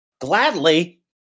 Gladly